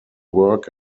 work